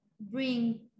bring